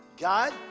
God